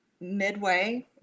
midway